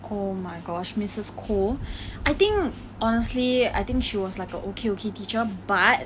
oh my gosh missus koh I think honestly I think she was like a okay okay teacher but